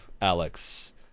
Alex